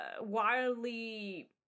wildly